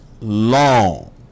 long